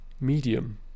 Medium